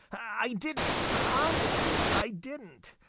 i didn't. honestly i didn't,